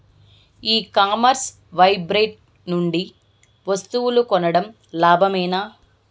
ఈ commerce website నుండి వస్తువులు కొనడం లాభమేనా?